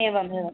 एवमेवम्